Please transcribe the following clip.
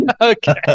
okay